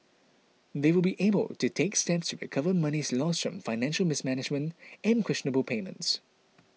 they will be able to take steps to recover monies lost from financial mismanagement and questionable payments